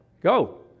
Go